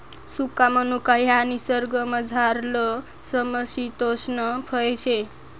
सुका मनुका ह्या निसर्गमझारलं समशितोष्ण फय शे